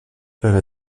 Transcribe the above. peuvent